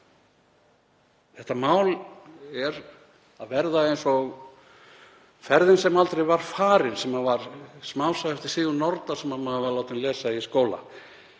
Þetta mál er að verða eins og ferðin sem aldrei var farin, sem var smásaga eftir Sigurð Nordal sem maður var látinn lesa í skóla,